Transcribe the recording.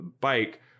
bike